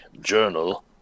journal